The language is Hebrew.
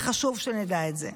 וחשוב שנדע את זה.